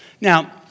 Now